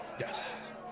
Yes